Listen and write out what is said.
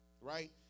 Right